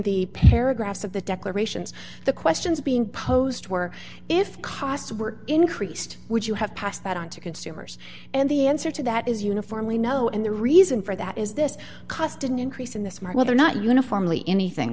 the paragraphs of the declarations the questions being posed were if costs were increased would you have passed that on to consumers and the answer to that is uniformly no and the reason for that is this cost didn't increase in this market they're not uniformly anything